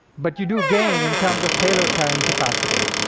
but you do gain in terms of payload-carrying capacity.